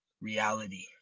reality